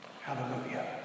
Hallelujah